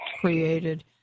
created